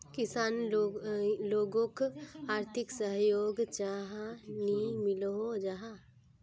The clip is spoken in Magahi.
किसान लोगोक आर्थिक सहयोग चाँ नी मिलोहो जाहा?